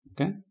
Okay